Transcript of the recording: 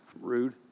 Rude